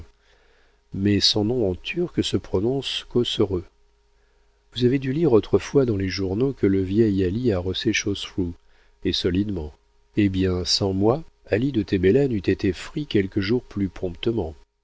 mais son nom en turc se prononce cossereu vous avez dû lire autrefois dans les journaux que le vieil ali a rossé chosrew et solidement eh bien sans moi ali de tébélen eût été frit quelques jours plus promptement